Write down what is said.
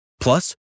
plus